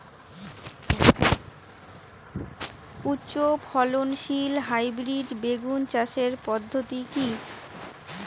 উচ্চ ফলনশীল হাইব্রিড বেগুন চাষের পদ্ধতি কী?